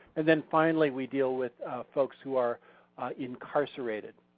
and then finally we deal with folks who are incarcerated.